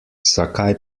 zakaj